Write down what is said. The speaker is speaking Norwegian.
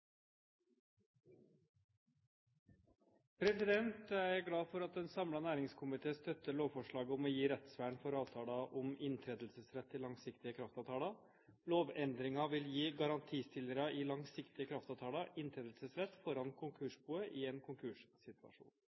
fremtiden. Jeg er glad for at en samlet næringskomité støtter lovforslaget om å gi rettsvern for avtaler om inntredelsesrett i langsiktige kraftavtaler. Lovendringen vil gi garantistillere i langsiktige kraftavtaler inntredelsesrett foran konkursboet i en konkurssituasjon.